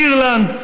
אירלנד,